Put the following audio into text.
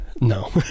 No